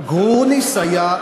אבל גרוניס, גרוניס, גרוניס היה,